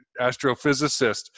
astrophysicist